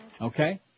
Okay